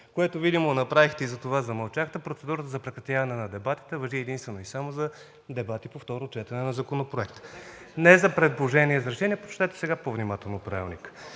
което видимо направихте и затова замълчахте, процедурата за прекратяване на дебатите важи единствено и само за дебати по второ четене на законопроекти. Не за предложения за решения… (Реплика от народния